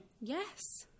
Yes